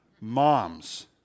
moms